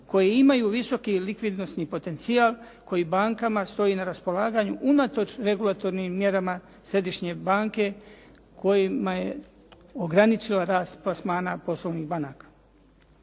koji imaju visoki likvidnosti potencijal koji bankama stoji na raspolaganju unatoč regulatornim mjerama središnje banke kojima je ograničila rast plasmana poslovnih banaka.